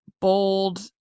bold